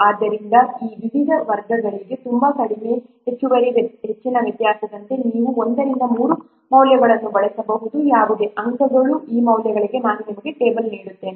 ಆದ್ದರಿಂದ ಈ ವಿವಿಧ ವರ್ಗಗಳಿಗೆ ತುಂಬಾ ಕಡಿಮೆಯಿಂದ ಹೆಚ್ಚುವರಿ ಹೆಚ್ಚಿನ ವ್ಯತ್ಯಾಸದಂತೆ ನೀವು ಒಂದರಿಂದ ಮೂರು ಅಥವಾ ಮೌಲ್ಯಗಳನ್ನು ಬಳಸಬಹುದು ಯಾವುದೇ ಅಂಕಗಳು ಈ ಮೌಲ್ಯಗಳಿಗಾಗಿ ನಾನು ನಿಮಗೆ ಟೇಬಲ್ ನೀಡುತ್ತೇನೆ